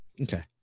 okay